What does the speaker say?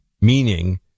meaning